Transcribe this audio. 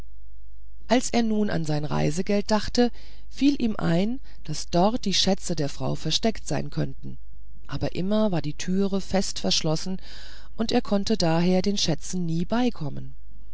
als er nun an sein reisegeld dachte fiel ihm ein daß dort die schätze der frau versteckt sein könnten aber immer war die türe fest verschlossen und er konnte daher den schätzen nie beikommen